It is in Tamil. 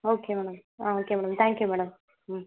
okay madam ah okay madam thank you madam ம்